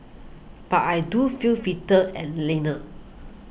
but I do feel fitter and leaner